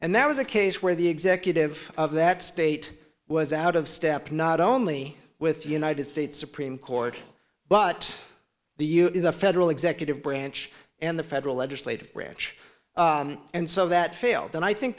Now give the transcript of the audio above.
and that was a case where the executive of that state was out of step not only with the united states supreme court but the you in the federal executive branch and the federal legislative branch and so that failed and i think